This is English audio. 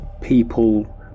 people